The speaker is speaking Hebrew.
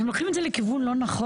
אתם לוקחים את זה לכיוון לא נכון.